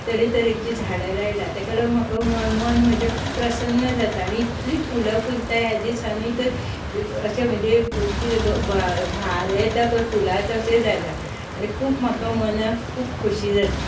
तरे तरेची झाडां लायल्यांत ताका लागून मन म्हजें खूब प्रसन्न जाता आनी इतलीं फुलां फुलतात ह्या दिसांनी तर अशे म्हणजे कितें भार येता पळय फुलांक तशें जाला आनी खूब म्हाका मनाक खूब खोशी जाता